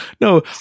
no